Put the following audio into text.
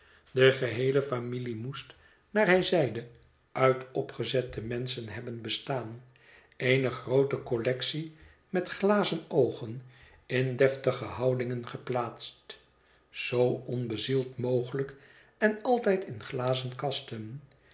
de geheele familie moest naar hiw zeide uit opgezette menschen hebben be k staan eene'groote collectie met glazen oogen in deftige houdingen geplaatst zoo onbezield mogelijk en altijd in glazen kasten